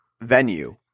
venue